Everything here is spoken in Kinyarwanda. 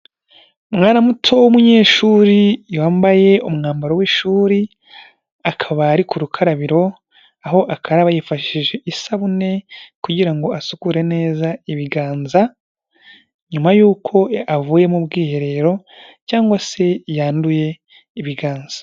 Umwana muto w'umunyeshuri wambaye umwambaro w'ishuri, akaba ari ku rukarabiro aho akaraba yifashije isabune kugira ngo asukure neza ibiganza, nyuma y'uko avuye mu bwiherero cyangwa se yanduye ibiganza.